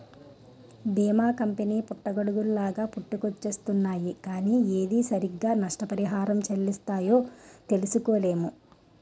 బీమా కంపెనీ పుట్టగొడుగుల్లాగా పుట్టుకొచ్చేస్తున్నాయ్ కానీ ఏది సరిగ్గా నష్టపరిహారం చెల్లిస్తాయో తెలుసుకోలేము